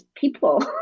people